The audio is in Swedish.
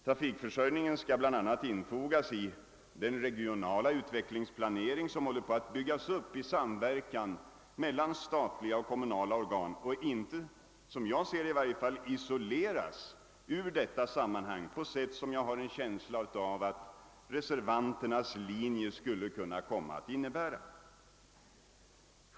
Trafikförsörjningen skall bl.a. infogas i den regionala utvecklingsplanering, som håller på att byggas upp i samverkan mellan statliga och kommunala organ, och inte isoleras ur detta sammanhang på sätt som — det har jag en känsla av — reservanternas linje skulle kunna komma att innebära.